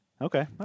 Okay